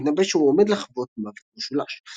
ומתנבא שהוא עומד לחוות מוות משולש.